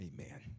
Amen